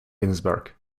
ginsberg